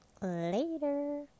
Later